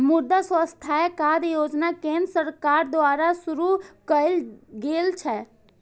मुद्रा स्वास्थ्य कार्ड योजना केंद्र सरकार द्वारा शुरू कैल गेल छै